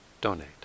donate